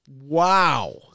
Wow